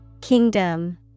Kingdom